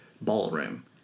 ballroom